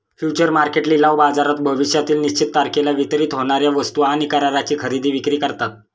future market लिलाव बाजारात भविष्यातील निश्चित तारखेला वितरित होणार्या वस्तू आणि कराराची खरेदी विक्री करतात